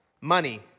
money